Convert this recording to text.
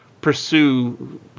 pursue